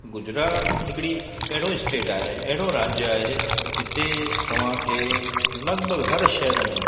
गुजरात हिकिड़ी अहिड़ो स्टेट आहे अहिड़ो राज्य आहे जिते तव्हांखे लॻभॻि हर शहर में